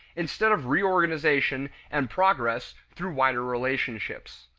instead of reorganization and progress through wider relationships.